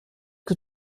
que